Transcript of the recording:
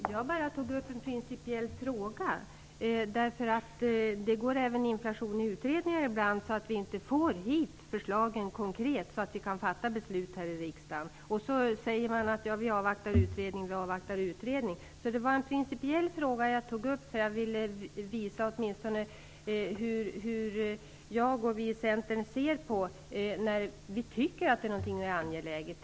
Herr talman! Jag tog upp en principiell fråga. Det går även inflation i utredningar ibland. Då får vi inte hit konkreta förslag så att vi kan fatta beslut här i riksdagen. Man säger att man avvaktar utredning. Det var en principiell fråga jag tog upp. Jag ville visa hur jag och vi i Centern vill göra när vi tycker att någonting är angeläget.